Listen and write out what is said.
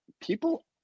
people